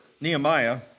Nehemiah